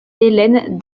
hélène